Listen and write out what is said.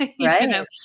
Right